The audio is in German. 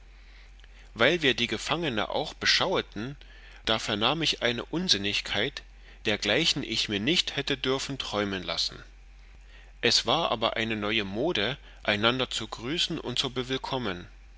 weil wir die gefangene auch beschaueten da vernahm ich eine unsinnigkeit dergleichen ich mir nicht hätte dörfen träumen lassen es war aber eine neue mode einander zu grüßen und zu